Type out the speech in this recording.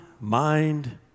mind